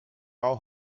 all